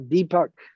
Deepak